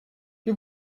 que